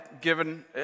given